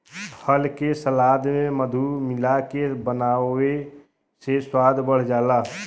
फल के सलाद में मधु मिलाके बनावे से स्वाद बढ़ जाला